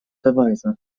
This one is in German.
verweise